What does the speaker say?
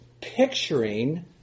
Picturing